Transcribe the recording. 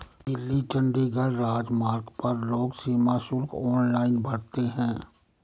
दिल्ली चंडीगढ़ राजमार्ग पर लोग सीमा शुल्क ऑनलाइन भरते हैं